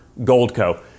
Goldco